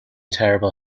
terrible